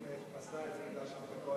ועדת השרים פסלה את זה מפני שאני בקואליציה.